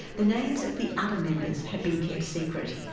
the names of the other members have been kept secret.